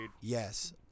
yes